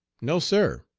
no, sir.